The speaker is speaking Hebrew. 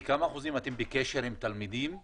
בכמה אחוזים אתם בקשר עם תלמידים עכשיו?